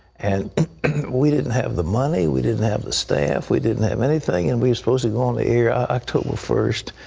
and we didn't have the money we didn't have the staff we didn't have anything and we were supposed to go on the air ah october first,